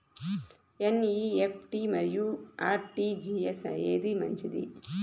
NEFT మరియు RTGS ఏది మంచిది?